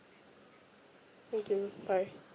thank you bye